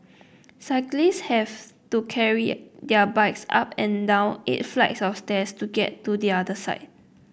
cyclists have to carry their bikes up and down eight flights of stairs to get to the other side